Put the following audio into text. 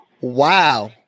Wow